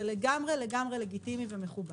זה לגמרי לגיטימי ומכובד.